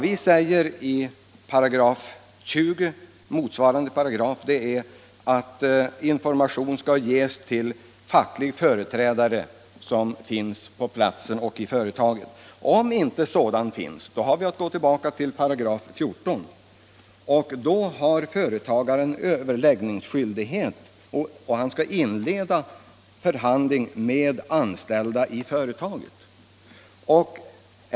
Vi säger i vårt förslag till utformning av 20 § att information skall ges till facklig företrädare som finns på platsen och i företaget. För de fall där sådan inte finns föreslår vi i 14§ att företagaren skall ha skyldighet att inleda förhandling med de anställda i företaget.